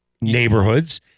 neighborhoods